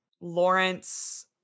Lawrence